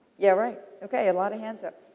yeah, right, okay a lot of hands up.